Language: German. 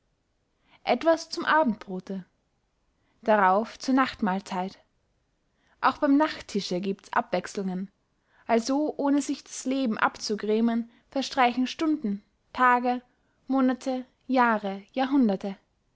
etwas zum abendbrode darauf zur nachtmalzeit auch beym nachtische giebts abwechslungen also ohne sich das leben abzugrämen verstreichen stunden tage monate jahre jahrhunderte